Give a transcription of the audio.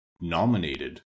nominated